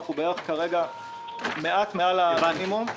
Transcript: אנחנו נמצאים כרגע מעט מעל המינימום.